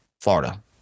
Florida